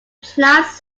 plants